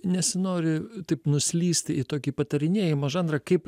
nesinori taip nuslysti į tokį patarinėjimo žanrą kaip